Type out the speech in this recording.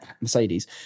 mercedes